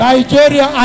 Nigeria